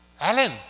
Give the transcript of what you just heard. Alan